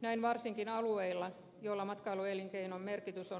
näin varsinkin alueilla joilla matkailuelinkeinon merkitys on huomattava